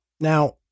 Now